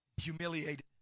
humiliated